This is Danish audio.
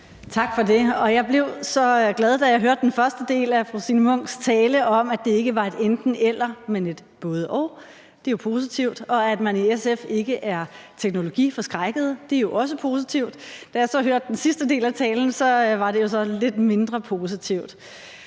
Tak for det. Jeg blev så glad, da jeg hørte den første del af fru Signe Munks tale om, at det ikke var et enten-eller, men et både-og – det er jo positivt – og at man i SF ikke er teknologiforskrækket, det er jo også positivt. Da jeg så hørte den sidste del af talen, var det jo så lidt mindre positivt.